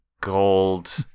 gold